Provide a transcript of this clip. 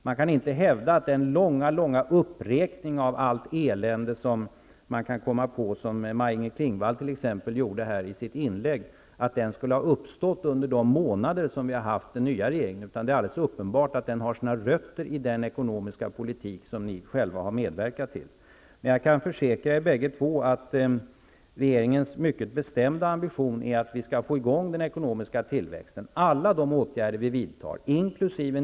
Man kan inte hävda att allt elände som man kan komma på -- och som Maj-Inger Klingvall t.ex. gjorde en lång uppräkning av i sitt inlägg -- skulle ha uppstått under de månader som vi har haft den nya regeringen. Det är alldeles uppenbart att det har sina rötter i den ekonomiska politik som ni själva har medverkat till. Men jag kan försäkra er bägge två att regeringens mycket bestämda ambition är att vi skall få i gång den ekonomiska tillväxten. Alla de åtgärder vi vidtar, inkl.